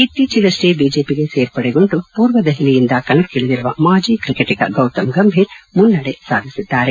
ಇತ್ತೀಚೆಗವ್ಲೆ BJP ಸೇರ್ಪಡೆಗೊಂಡು ಪೂರ್ವ ದೆಹಲಿಯಿಂದ ಕಣಕ್ಕಿಳಿದಿರುವ ಮಾಜಿ ಕ್ರಿಕೆಟಗ ಗೌತಮ್ ಗಂಭೀರ್ ಮುನ್ನಡೆ ಸಾಧಿಸಿದ್ದಾರೆ